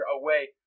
away